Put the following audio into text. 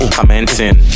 Commenting